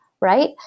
right